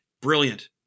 Brilliant